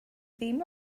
dim